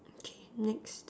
okay next